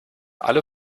alle